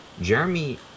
Jeremy